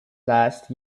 last